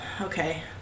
okay